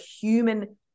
human